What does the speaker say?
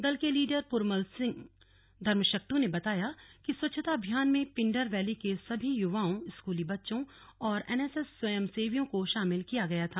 दल के लीडर पुरमल सिंह धर्मशक्तू ने बताया कि स्वच्छता अभियान में पिंडर वैली के सभी युवाओं स्कूली बच्चों और एनएसएस स्वयंसेवियों को शामिल किया गया था